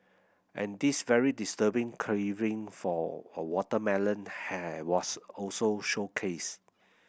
and this very disturbing carving for a watermelon has was also showcased